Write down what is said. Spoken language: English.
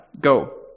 go